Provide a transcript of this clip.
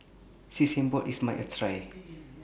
Sesame Balls IS A must Try